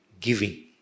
giving